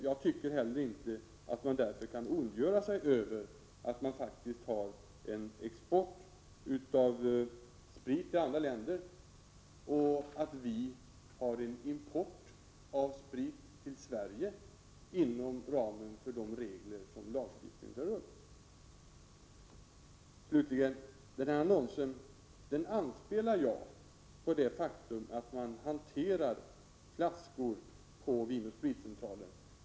Jag tycker därför inte att man kan ondgöra sig över att Sverige exporterar sprit till andra länder och att Sverige importerar sprit inom ramen för de regler som lagstiftningen berör. Slutligen: Den annons som Karin Israelsson talade om anspelar på det faktum att man hanterar flaskor på Vin & Spritcentralen.